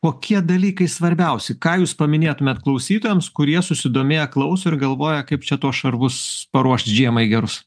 kokie dalykai svarbiausi ką jūs paminėtumėt klausytojams kurie susidomėję klauso ir galvoja kaip čia tuos šarvus paruošti žiemai gerus